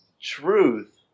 truth